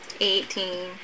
Eighteen